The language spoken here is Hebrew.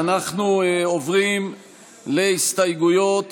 אנחנו עוברים להסתייגויות